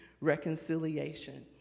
reconciliation